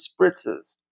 spritzes